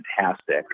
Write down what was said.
fantastic